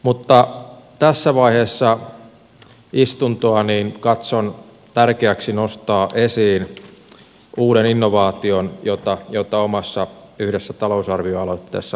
mutta tässä vaiheessa istuntoa katson tärkeäksi nostaa esiin uuden innovaation jota yhdessä omassa talousarvioaloitteessani esitän